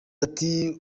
ati